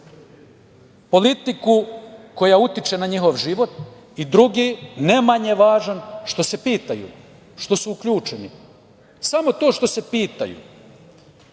politiku koja utiče na njihov život i drugi, ne manje važan, što se pitaju, što su uključeni. Samo to što se pitaju